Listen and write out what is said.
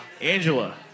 Angela